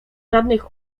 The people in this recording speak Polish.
żadnych